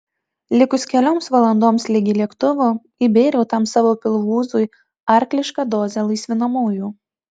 likus kelioms valandoms ligi lėktuvo įbėriau tam savo pilvūzui arklišką dozę laisvinamųjų